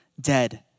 dead